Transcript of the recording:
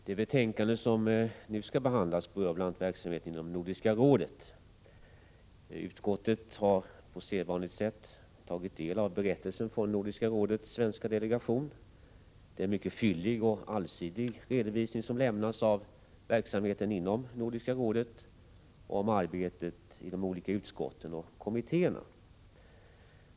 Herr talman! Det betänkande som nu skall behandlas rör bl.a. verksamheten inom Nordiska rådet. Utskottet har på sedvanligt sätt tagit del av berättelsen från Nordiska rådets svenska delegation. Det är en mycket fyllig och allsidig redovisning som lämnas av verksamheten inom Nordiska rådet och av arbetet i de olika utskotten och kommittéerna.